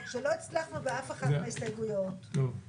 כאן בעצם ההזדמנות שלנו לבוא ולומר שוועדת חקירה כזאת אכן קום תקום.